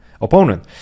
opponent